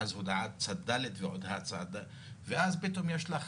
ואז הודעת צד ד', ואז פתאום יש לך